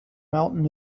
mountain